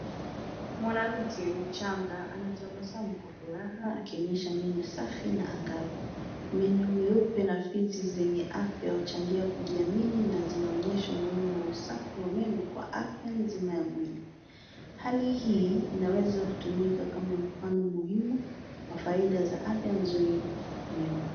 Mwanamke mchanga anatabasamu kwa furaha akionyesha meno safi na angavu. Meno meupe na fizi zenye afya huchangia kujiamini na zinaonyesha umuhimu wa usafi wa meno kwa afya nzima ya mwili. Hali hii inaweza kutumika kama mfano muhimu wa faida za afya nzuri ya meno.